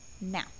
Now